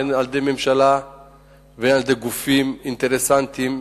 הן של הממשלה והן של גופים אינטרסנטיים,